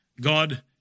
God